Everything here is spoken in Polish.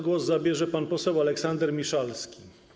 Głos zabierze pan poseł Aleksander Miszalski.